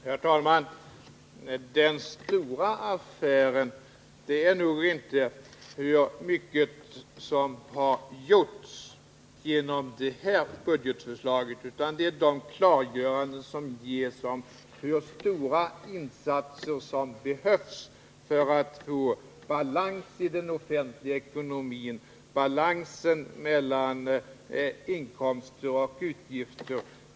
Herr talman! Den stora affären gäller nog inte hur mycket som har gjorts genom det här budgetförslaget, utan den gäller de klargöranden som ges om hur stora insatser som behövs för att få balans i den offentliga ekonomin och balans mellan inkomster och utgifter.